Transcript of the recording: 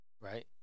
right